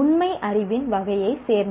உண்மை அறிவின் வகையைச் சேர்ந்தவை